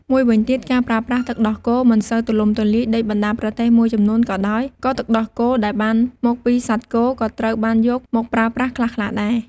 មួយវិញទៀត ការប្រើប្រាស់ទឹកដោះគោមិនសូវទូលំទូលាយដូចបណ្ដាប្រទេសមួយចំនួនក៏ដោយ ក៏ទឹកដោះគោដែលបានមកពីសត្វគោក៏ត្រូវបានយកមកប្រើប្រាស់ខ្លះៗដែរ។